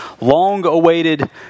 long-awaited